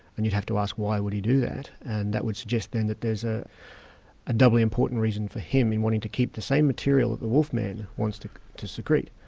and you'd have to ask why would he do that, and that would suggest then that there's a ah doubly important reason for him in wanting to keep the same material that the wolf man wants to to secrete,